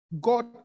God